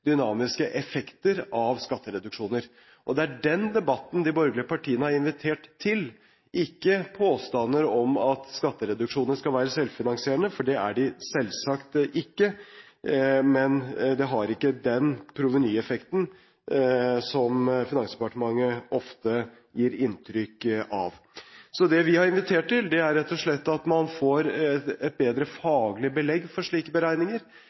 dynamiske effekter av skattereduksjoner. Det er den debatten de borgerlige partiene har invitert til, ikke påstander om at skattereduksjoner skal være selvfinansierende, for det er de selvsagt ikke – men det har ikke den provenyeffekten som Finansdepartementet ofte gir inntrykk av. Det vi har invitert til, er rett og slett at man får et bedre faglig belegg for slike beregninger.